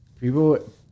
people